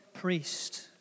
priest